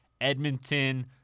Edmonton